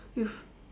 it's